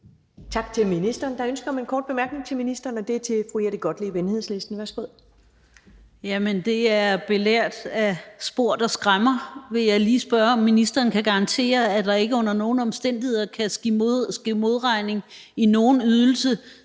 Tak til ministeren. Der er ønske om en kort bemærkning til ministeren, og det er fra fru Jette Gottlieb, Enhedslisten. Værsgo. Kl. 10:20 Jette Gottlieb (EL): Belært af spor, der skræmmer, vil jeg lige spørge ministeren, om han kan garantere, at der ikke under nogen omstændigheder kan ske modregning i nogen ydelse